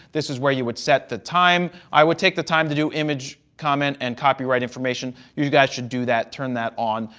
this is where you would set the time. i would take the time to do image comment and copyright information. you guys should do that, turn that on.